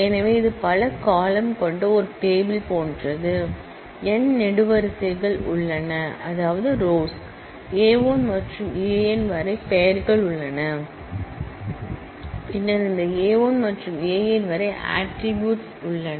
எனவே இது பல காலம்ன் கொண்ட ஒரு டேபிள் போன்றது n நெடுவரிசைகள் உள்ளன A 1 முதல் A n வரை பெயர்கள் உள்ளன பின்னர் இந்த A 1 முதல் A n வரை ஆட்ரிபூட்ஸ் உள்ளன